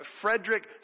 Frederick